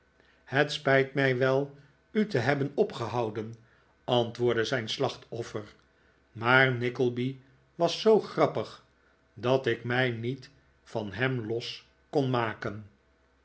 het spijt mij wel u te hebben opgehouden antwoordde zijn slachtoffer maar nickleby was zoo grappig dat ik mij niet van hem los kon maken